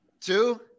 two